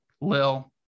Lil